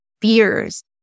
fears